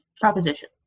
proposition